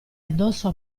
addosso